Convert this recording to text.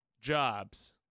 jobs